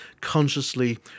consciously